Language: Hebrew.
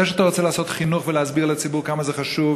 זה שאתה רוצה לחנך ולהסביר לציבור כמה זה חשוב